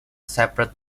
separate